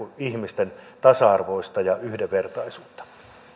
ihmisten tasa arvoisuutta ja yhdenvertaisuutta